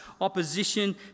opposition